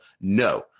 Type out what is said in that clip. No